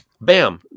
bam